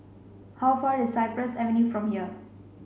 how far is Cypress Avenue from here